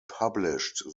published